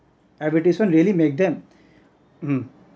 advertisement really make them mm